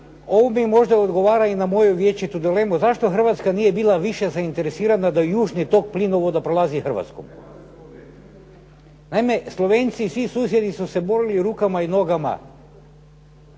ovo možda odgovara i na moju vječitu dilemu zašto Hrvatska nije bila više zainteresirana da južni tok plinovoda prolazi Hrvatskom. Naime, Slovenci i svi susjedi su se borili rukama i nogama